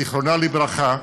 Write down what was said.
זיכרונה לברכה,